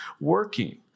working